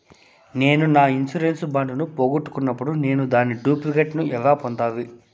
నేను నా insurance bond ను పోగొట్టుకున్నప్పుడు నేను దాని డూప్లికేట్ ను ఎలా పొందాలి?